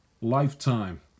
Lifetime